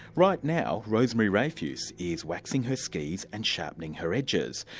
right now, rosemary rayfuse is waxing her skis and sharpening her edges,